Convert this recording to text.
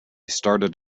started